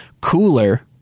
cooler